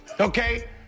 Okay